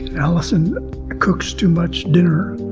alison cooks too much dinner.